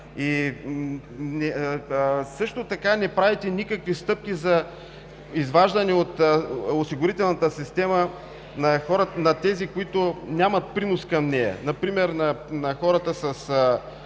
Също така не правите никакви стъпки за изваждане от осигурителната система на тези, които нямат принос към нея. Например на хората със